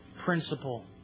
principle